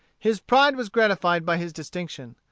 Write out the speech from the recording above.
his pride was gratified by his distinction.